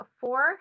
four